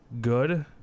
good